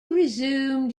resumed